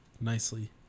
Nicely